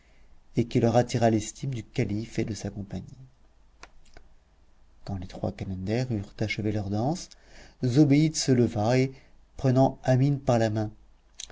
et qui leur attira l'estime du calife et de sa compagnie quand les trois calenders eurent achevé leur danse zobéide se leva et prenant amine par la main